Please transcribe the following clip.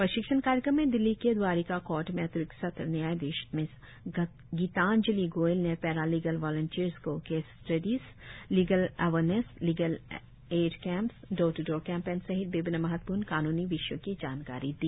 प्रशिक्षण कार्यक्रम में दिल्ली के द्वारिका कोर्ट में अतिरिक्त सत्र न्यायाधिश मिश गीतांजलि गोयल ने पैरा लीगल वालंटियर्स को case studies legal awareness legal aid camps door to door campaign सहित विभिन्न महत्वपूर्ण कानूनी विषयों की जानकारी दी